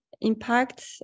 impact